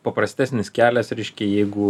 paprastesnis kelias reiškia jeigu